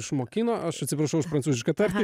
išmokino aš atsiprašau už prancūzišką tartį